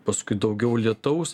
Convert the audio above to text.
paskui daugiau lietaus